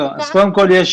אז קודם כל יש